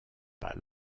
pas